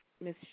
Miss